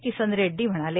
किसन रेड्डी म्हणाले